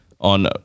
on